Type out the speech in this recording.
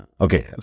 Okay